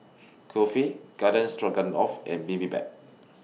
Kulfi Garden Stroganoff and Bibimbap